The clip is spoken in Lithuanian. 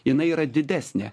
jinai yra didesnė